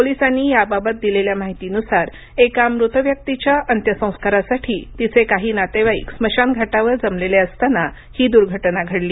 पोलिसांनी याबाबत दिलेल्या माहितीनुसार एका मृत व्यक्तीच्या अंत्यसंस्कारासाठी तिचे काही नातेवाईक स्मशान घाटावर जमलेले असताना ही दुर्घटना घडली